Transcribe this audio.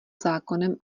zákonem